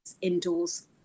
indoors